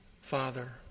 Father